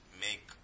make